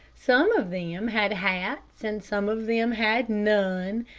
some of them had hats and some of them had none,